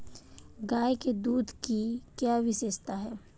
गाय के दूध की क्या विशेषता है?